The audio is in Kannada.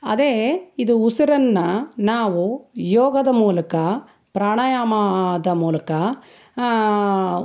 ಅದೇ ಇದು ಉಸಿರನ್ನು ನಾವು ಯೋಗದ ಮೂಲಕ ಪ್ರಾಣಾಯಾಮ ಆದ ಮೂಲಕ